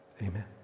Amen